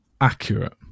accurate